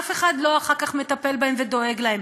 אף אחד אחר כך לא מטפל בהם ודואג להם,